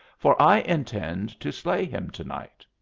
for i intend to slay him to-night.